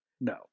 No